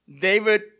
David